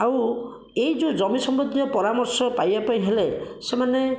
ଆଉ ଏହି ଯେଉଁ ଜମି ସମ୍ବନ୍ଧୀୟ ପରାମର୍ଶ ପାଇବା ପାଇଁ ହେଲେ ସେମାନେ